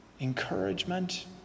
Encouragement